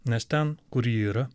nes ten kur ji yra